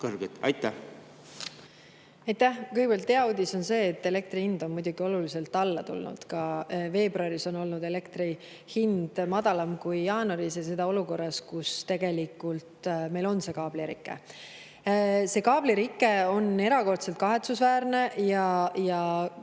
kõrged. Aitäh! Kõigepealt, hea uudis on see, et elektri hind on oluliselt alla tulnud. Veebruaris on olnud elektri hind madalam kui jaanuaris ja seda olukorras, kus tegelikult meil on kaablirike. See kaablirike on erakordselt kahetsusväärne ja